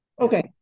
Okay